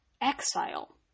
exile